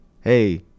hey